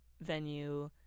venue